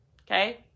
okay